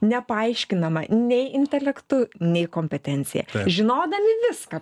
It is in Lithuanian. nepaaiškinama nei intelektu nei kompetencija žinodami viską